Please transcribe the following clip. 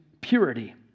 purity